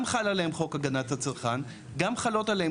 גם חל עליהם חוק הגנת הצרכן גם חלות עליהם